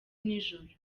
nijoro